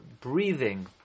breathing